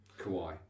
Kawhi